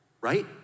right